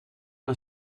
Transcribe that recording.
een